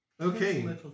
Okay